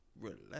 relax